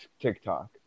TikTok